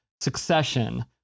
Succession